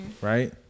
right